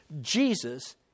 Jesus